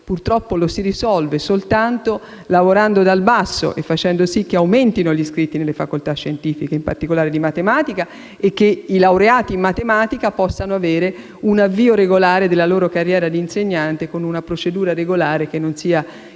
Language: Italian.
Purtroppo questo lo si risolve soltanto lavorando dal basso e facendo sì che aumentino gli iscritti nelle facoltà scientifiche, in particolare di matematica, e che i laureati in tale materia possano avere un avvio regolare della loro carriera di insegnante, con una procedura regolare che non sia il